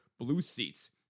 BLUESEATS